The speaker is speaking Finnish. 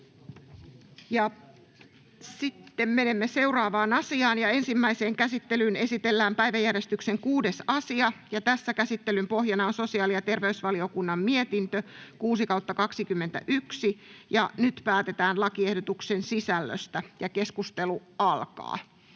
muuttamisesta Time: N/A Content: Ensimmäiseen käsittelyyn esitellään päiväjärjestyksen 6. asia. Käsittelyn pohjana on sosiaali- ja terveysvaliokunnan mietintö StVM 6/2021 vp. Nyt päätetään lakiehdotuksen sisällöstä. [Speech 216]